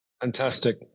Fantastic